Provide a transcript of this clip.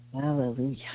Hallelujah